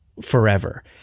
forever